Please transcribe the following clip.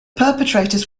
perpetrators